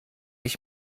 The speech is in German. ich